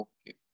Okay